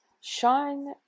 shine